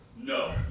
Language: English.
No